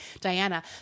Diana